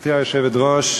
גברתי היושבת-ראש,